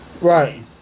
Right